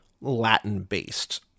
Latin-based